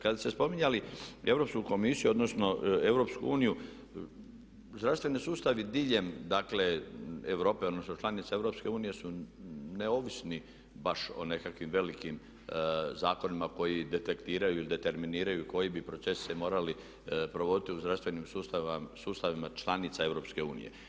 Kad ste spominjali Europsku komisiju odnosno EU zdravstveni sustavi diljem dakle Europe odnosno članica EU su neovisni baš o nekakvim velikim zakonima koji detektiraju ili determiniraju koji bi procesi se morali provoditi u zdravstvenim sustavima članica EU.